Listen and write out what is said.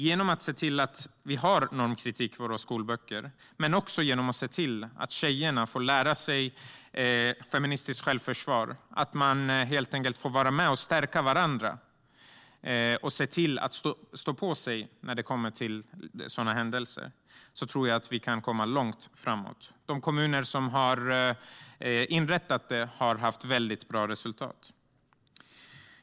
Genom att se till att vi har normkritik i våra skolböcker, men också genom att se till att tjejerna får lära sig feministiskt självförsvar och helt enkelt får vara med och stärka varandra och stå på sig när det kommer till sådana händelser, tror jag att vi kan komma långt framåt. De kommuner som har inrättat det har haft väldigt bra resultat.